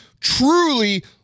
truly